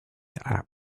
app